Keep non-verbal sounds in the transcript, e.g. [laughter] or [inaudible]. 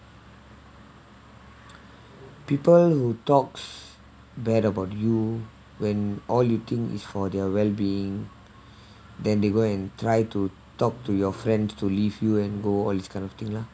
people who talks bad about you when all you think is for their wellbeing [breath] then they go and try to talk to your friend to leave you and go all this kind of thing lah